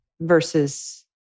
versus